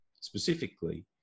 specifically